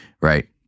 right